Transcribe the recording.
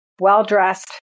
well-dressed